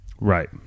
Right